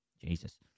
Jesus